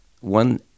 one